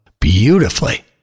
beautifully